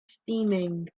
steaming